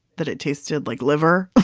that it tasted like liver